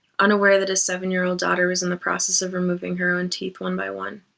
unaware that his seven-year-old daughter was in the process of removing her own teeth one by one.